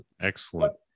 excellent